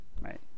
right